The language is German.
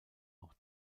auch